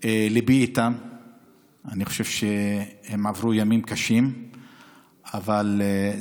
הבעיה נפתרה מיידית על ידי השרים האחראים והמשרדים